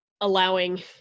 allowing